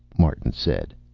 martin said.